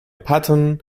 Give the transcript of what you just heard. patton